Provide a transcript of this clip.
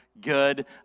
Good